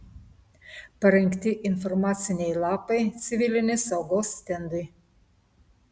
parengti informaciniai lapai civilinės saugos stendui